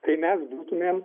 tai mes būtumėm